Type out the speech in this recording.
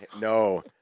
no